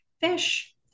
Fish